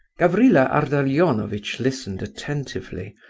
gavrila ardalionovitch listened attentively,